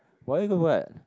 what